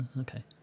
Okay